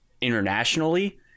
internationally